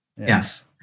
yes